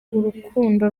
urukundo